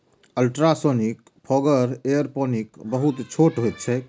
ultrasonic fogger aeroponic बहुत छोट होइत छैक